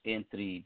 Entre